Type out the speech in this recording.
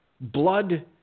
blood